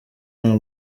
nta